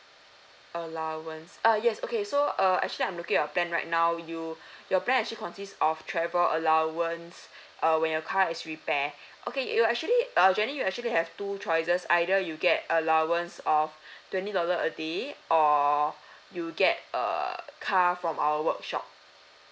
allowance ah yes okay so uh actually I'm looking at your plan right now you your plan actually consists of travel allowance uh when your car is repair okay you actually uh jenny you actually have two choices either you get allowance of twenty dollar a day or you get a car from our workshop